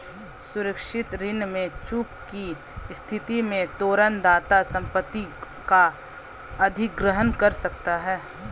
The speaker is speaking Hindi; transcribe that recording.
सुरक्षित ऋण में चूक की स्थिति में तोरण दाता संपत्ति का अधिग्रहण कर सकता है